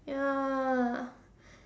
ya